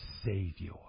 Savior